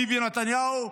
ביבי נתניהו,